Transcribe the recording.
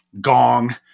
gong